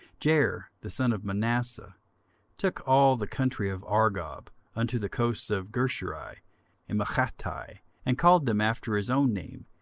jair the son of manasseh took all the country of argob unto the coasts of geshuri and maachathi and called them after his own name,